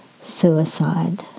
suicide